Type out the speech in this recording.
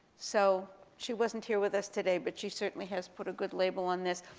so she wasn't here with us today, but she certainly has put a good label on this.